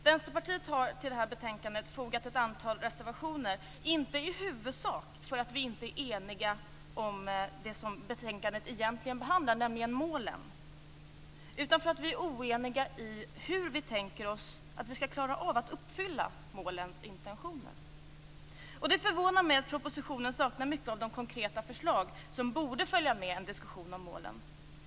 Vänsterpartiet har till betänkandet fogat ett antal reservationer - inte i huvudsak därför att vi inte är eniga om det som betänkandet egentligen behandlar, nämligen målen, utan därför att vi är oeniga om hur vi tänker oss att vi skall klara av att uppfylla målens intentioner. Det förvånar mig att propositionen saknar mycket av de konkreta förslag som borde följa med en diskussion om målen.